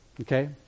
Okay